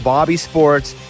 BobbySports